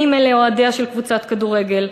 אם אלה אוהדיה של קבוצת כדורגל,